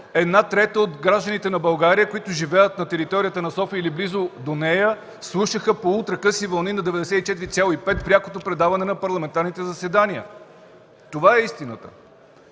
една трета от гражданите на България, които живеят на територията на София или близо до нея, слушаха на ултракъси вълни на 94,5 прякото предаване на парламентарните заседания. Това е истината.